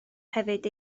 hefyd